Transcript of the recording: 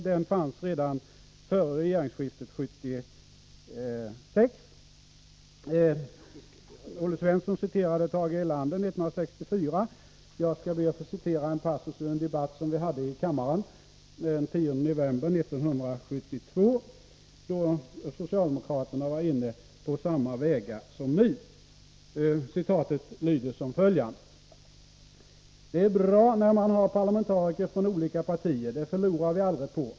Den förekom redan före regeringsskiftet 1976. Olle Svensson citerade Tage Erlander 1964. Jag skall be att få citera en passus ur en debatt som vi hade i kammaren den 10 november 1972, då socialdemokraterna var inne på samma vägar som nu. Citatet lyder: ”Det är bra när man har parlamentariker från olika partier, det förlorar vi aldrig på.